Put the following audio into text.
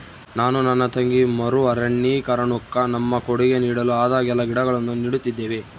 ನಾನು ನನ್ನ ತಂಗಿ ಮರು ಅರಣ್ಯೀಕರಣುಕ್ಕ ನಮ್ಮ ಕೊಡುಗೆ ನೀಡಲು ಆದಾಗೆಲ್ಲ ಗಿಡಗಳನ್ನು ನೀಡುತ್ತಿದ್ದೇವೆ